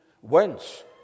Whence